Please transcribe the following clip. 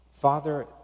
Father